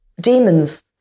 demons